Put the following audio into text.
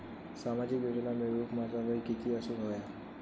सामाजिक योजना मिळवूक माझा वय किती असूक व्हया?